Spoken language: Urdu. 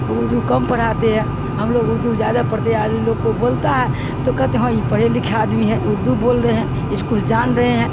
اردو کم پڑھاتے ہیں ہم لوگ اردو زیادہ پڑتے ہیں ع لوگ کو بولتا ہے تو کہتے ہاں یہ پڑھے لکھے آدمی ہے اردو بول رہے ہیں اس کچھ جان رہے ہیں